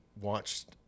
watched